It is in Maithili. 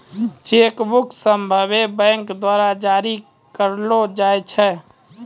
चेक बुक सभ्भे बैंक द्वारा जारी करलो जाय छै